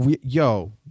Yo